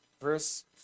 verse